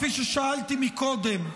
כפי ששאלתי קודם,